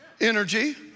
energy